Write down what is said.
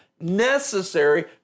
necessary